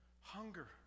hunger